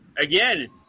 again